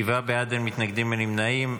אין מתנגדים, אין נמנעים.